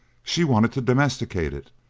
she wanted to domesticate it,